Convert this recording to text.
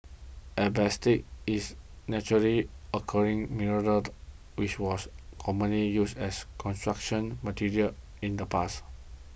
asbestos is naturally occurring mineral which was commonly used as Construction Material in the past